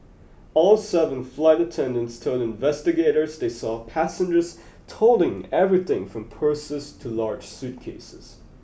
all seven flight attendants told investigators they saw passengers toting everything from purses to large suitcases